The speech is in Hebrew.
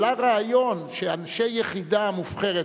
עלה רעיון שאנשי יחידה מובחרת,